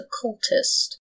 occultist